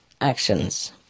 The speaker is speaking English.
actions